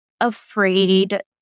afraid